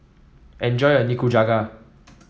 enjoy your Nikujaga